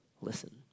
listen